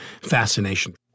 fascination